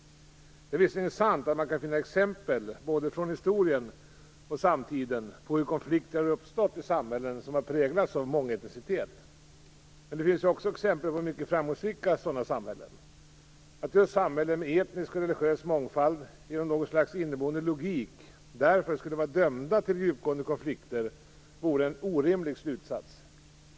Det är visserligen sant att man kan finna exempel, både från historien och samtiden, på hur konflikter har uppstått i samhällen som har präglats av mångetnicitet. Men det finns ju också exempel på mycket framgångsrika sådana samhällen. Att just samhällen med etnisk och religiös mångfald genom något slags inneboende logik därför skulle vara dömda till djupgående konflikter vore en orimlig slutsats.